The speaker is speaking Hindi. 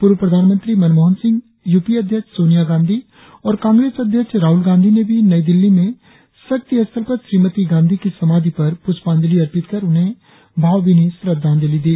पूर्व प्रधानमंत्री मनमोहन सिंह यूपीए अध्यक्ष सोनिया गांधी और कांग्रेस अध्यक्ष राहुल गांधी ने भी नई दिल्ली में शक्ति स्थल पर श्रीमती गांधी की समाधि पर प्रष्पांजलि अर्पित कर उन्हें भावभीनी श्रद्धांजलि दी